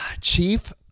chief